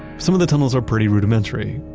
some of the tunnels are pretty rudimentary,